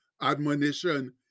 Admonition